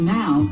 now